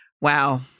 wow